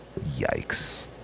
Yikes